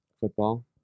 Football